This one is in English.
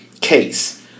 case